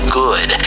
good